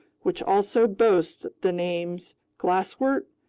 which also boasts the names glasswort,